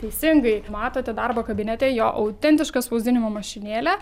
teisingai matote darbo kabinete jo autentišką spausdinimo mašinėlę